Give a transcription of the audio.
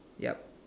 yup